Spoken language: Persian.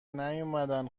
نیومدن